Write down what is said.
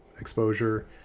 exposure